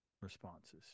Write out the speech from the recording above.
responses